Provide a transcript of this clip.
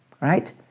right